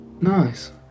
Nice